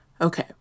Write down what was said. Okay